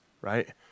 right